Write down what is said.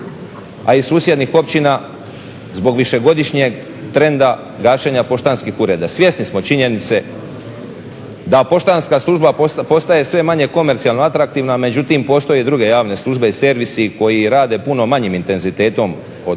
a i susjednih općina zbog višegodišnjeg trenda gašenja poštanskih ureda. Svjesni smo činjenice da poštanska služba postaje sve manje komercijalno atraktivna, međutim postoje i druge javne službe i servisi koji rade puno manjim intenzitetom od